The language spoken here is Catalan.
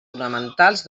fonamentals